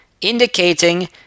indicating